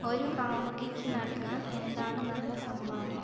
ഒരു കാമുകിക്ക് നൽകാൻ എന്താണ് നല്ല സമ്മാനം